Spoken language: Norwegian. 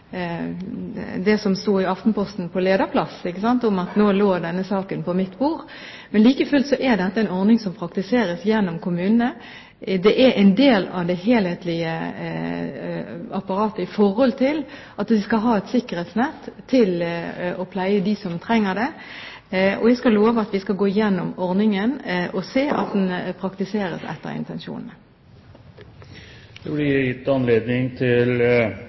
det som stod i Aftenposten på lederplass, om at nå lå denne saken på mitt bord. Men like fullt er dette en ordning som praktiseres gjennom kommunene. Det er en del av det helhetlige apparatet at de skal ha et sikkerhetsnett med tanke på å pleie dem som trenger det. Jeg skal love at vi skal gå igjennom ordningen for å se om den praktiseres etter intensjonen. Det blir anledning til